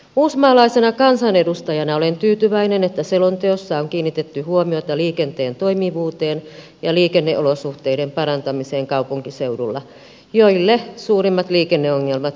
uusmaalaisena kansanedustajana olen tyytyväinen että selonteossa on kiinnitetty huomiota liikenteen toimivuuteen ja liikenneolosuhteiden parantamiseen kaupunkiseuduilla minne suurimmat liikenneongelmat keskittyvät